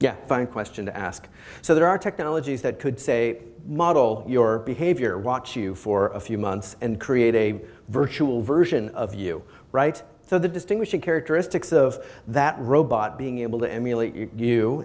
get final question to ask so there are technologies that could say model your behavior watch you for a few months and create a virtual version of you right so the distinguishing characteristics of that robot being able to emulate you